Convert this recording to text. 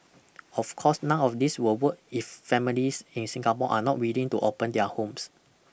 of course none of this will work if families in Singapore are not willing to open their homes